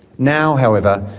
now, however,